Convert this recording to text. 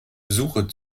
suche